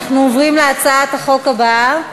אנחנו עוברים להצעת החוק הבאה: